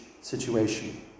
situation